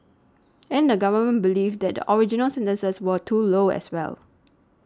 and the Government believed that the original sentences were too low as well